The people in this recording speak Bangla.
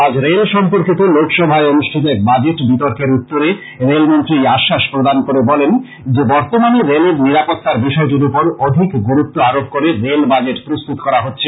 আজ রেল সম্পর্কীত লোকসভায় অনুষ্ঠিত এক বাজেট বিতর্কের উত্তরে রেলমন্ত্রী এই আশ্বাস প্রদান করে বলেন যে বর্তমানে রেলের নিরাপত্তার বিষয়টির ওপর আধিক গুরুতু আরোপ করে রেল বাজেট প্রস্তুত করা হচ্ছে